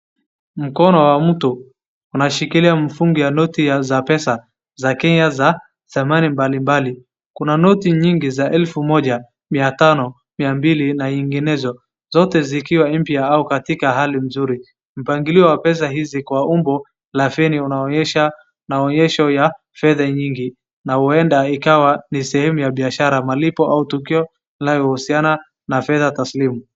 Mkono wa mtu unashikilia mafungo ya noti za pesa za Kenya za thamani mbalimbali. Kuna noti nyingi za elfu moja, mia tano, mia mbili na nyinginezo zote zikiwa mpya au katika hali nzuri. Mpangilio wa pesa hizi kwa umbo la feni inaonyesha maonyesho ya fedha nyingi na huenda ikawa ni sehemu ya biashara malipo au tukio linalohusiana na pesa taslimu.